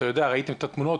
ראיתם את התמונות,